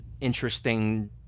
interesting